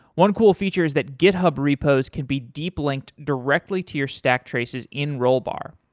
one cool feature is that github repos could be deep linked directly to your stack traces in rollbar.